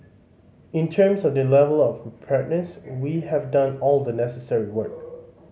in terms of the level of we have done all the necessary work